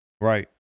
Right